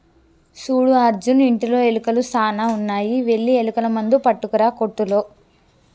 సూడు అర్జున్ ఇంటిలో ఎలుకలు సాన ఉన్నాయి వెళ్లి ఎలుకల మందు పట్టుకురా కోట్టులో